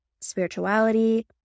spirituality